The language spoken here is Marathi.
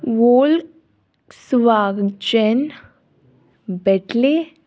Volkswagen Beetle